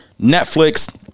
netflix